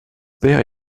père